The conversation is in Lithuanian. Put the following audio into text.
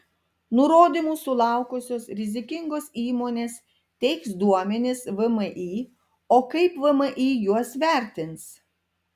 nurodymų sulaukusios rizikingos įmonės teiks duomenis vmi o kaip vmi juos vertins